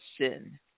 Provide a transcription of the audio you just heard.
sin